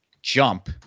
jump